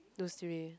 dude it's real